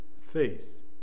faith